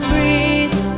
Breathe